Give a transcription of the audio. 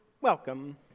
welcome